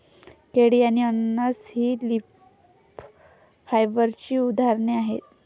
केळी आणि अननस ही लीफ फायबरची उदाहरणे आहेत